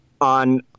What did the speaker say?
on